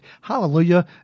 hallelujah